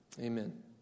Amen